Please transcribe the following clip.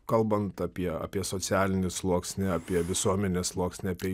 kalbant apie apie socialinį sluoksnį apie visuomenės sluoksnį apie